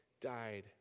died